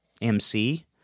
mc